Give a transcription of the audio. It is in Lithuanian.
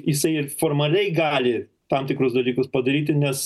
jisai ir formaliai gali tam tikrus dalykus padaryti nes